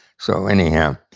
so, anyhow,